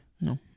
No